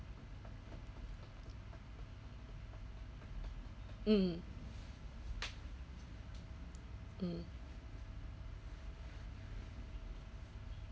mm mm